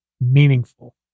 meaningful